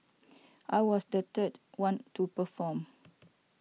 I was the third one to perform